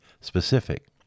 specific